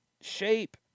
shape